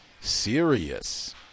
serious